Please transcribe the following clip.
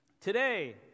Today